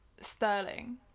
Sterling